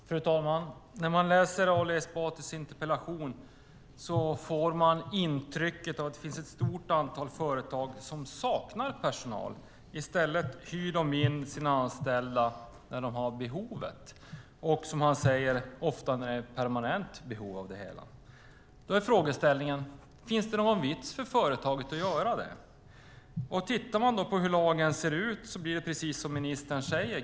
Fru talman! När man läser Ali Esbatis interpellation får man intrycket av att det finns ett stort antal företag som saknar personal. I stället hyr de in sina anställda när det finns ett behov - som Ali Esbati säger ofta ett permanent behov. Finns det någon vits för företaget att göra så? Om vi tittar på hur lagen ser ut blir det precis som ministern säger.